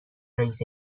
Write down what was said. رئیس